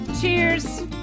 cheers